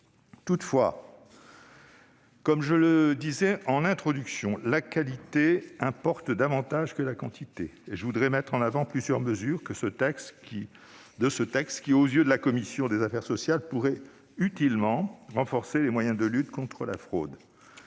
Toutefois, comme je le disais en introduction, la qualité importe davantage que la quantité. Je voudrais ainsi mettre en avant plusieurs mesures de ce texte qui, aux yeux de la commission des affaires sociales, pourraient utilement renforcer nos moyens de lutte contre la fraude